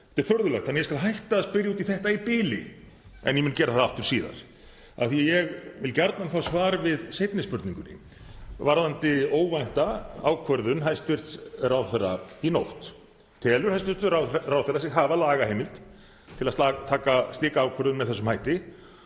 Þetta er furðulegt þannig að ég skal hætta að spyrja út í þetta í bili en ég mun gera það aftur síðar af því að ég vil gjarnan fá svar við seinni spurningunni, varðandi óvænta ákvörðun hæstv. ráðherra í nótt. Telur hæstv. ráðherra sig hafa lagaheimild til að taka slíka ákvörðun með þessum hætti